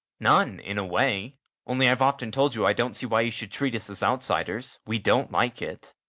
none, in a way only, i've often told you i don't see why you should treat us as outsiders. we don't like it.